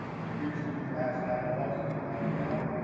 it appears to be perhaps down in lexington, down in town,